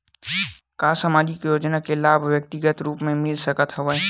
का सामाजिक योजना के लाभ व्यक्तिगत रूप ले मिल सकत हवय?